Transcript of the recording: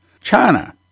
China